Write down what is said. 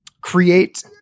create